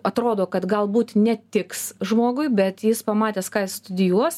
atrodo kad galbūt netiks žmogui bet jis pamatęs ką jis studijuos